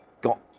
got